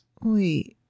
Wait